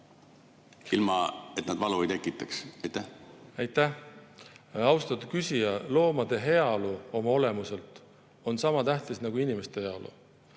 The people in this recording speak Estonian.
ilma et see valu tekitaks? Aitäh, austatud küsija! Loomade heaolu oma olemuselt on sama tähtis nagu inimeste heaolu.